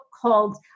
called